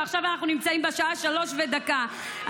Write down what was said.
עכשיו אנחנו נמצאים בשעה 15:00 ודקה,